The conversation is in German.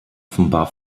offenbar